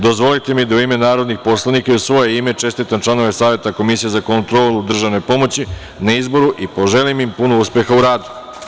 Dozvolite mi da u ime narodnih poslanika i u svoje ime čestitam članovima Saveta Komisije za kontrolu državne pomoći na izboru i poželim puno uspeha u radu.